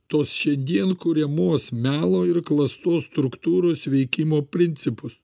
tos šiandien kuriamos melo ir klastos struktūros veikimo principus